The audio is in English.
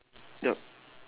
yup